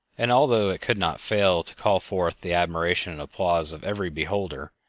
and although it could not fail to call forth the admiration and applause of every beholder,